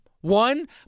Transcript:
One